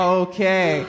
okay